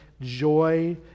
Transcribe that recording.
joy